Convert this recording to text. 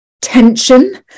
tension